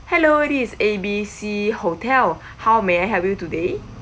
hello this is A B C hotel how may I help you today